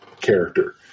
character